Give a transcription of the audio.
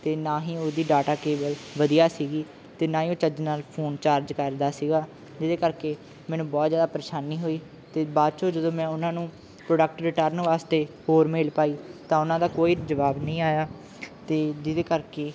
ਅਤੇ ਨਾ ਹੀ ਉਹਦੀ ਡਾਟਾ ਕੇਬਲ ਵਧੀਆ ਸੀਗੀ ਅਤੇ ਨਾ ਹੀ ਉਹ ਚੱਜ ਨਾਲ ਫੋਨ ਚਾਰਜ ਕਰਦਾ ਸੀਗਾ ਜਿਹਦੇ ਕਰਕੇ ਮੈਨੂੰ ਬਹੁਤ ਜ਼ਿਆਦਾ ਪਰੇਸ਼ਾਨੀ ਹੋਈ ਅਤੇ ਬਾਅਦ ਚੌਂ ਜਦੋਂ ਮੈਂ ਉਹਨਾਂ ਨੂੰ ਪ੍ਰੋਡਕਟ ਰਿਟਰਨ ਵਾਸਤੇ ਹੋਰ ਮੇਲ ਪਾਈ ਤਾਂ ਉਹਨਾਂ ਦਾ ਕੋਈ ਜਵਾਬ ਨਹੀਂ ਆਇਆ ਅਤੇ ਜਿਹਦੇ ਕਰਕੇ